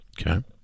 Okay